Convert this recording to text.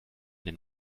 den